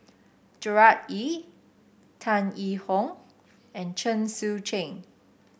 Gerard Ee Tan Yee Hong and Chen Sucheng